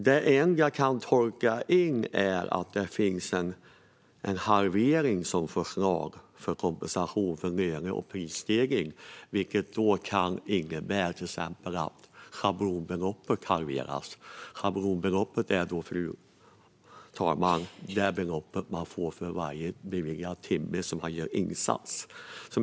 Det enda jag kan tolka in är att det finns ett förslag på en halvering för kompensation för löne och prisstegring, vilket till exempel kan innebära att schablonbeloppet halveras. Schablonbeloppet är det belopp man får för varje beviljad insatstimme.